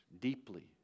deeply